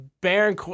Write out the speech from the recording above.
Baron